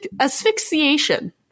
asphyxiation